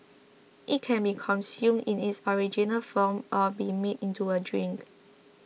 it can be consumed in its original form or be made into a drink